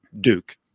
Duke